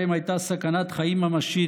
שבהם הייתה סכנת חיים ממשית,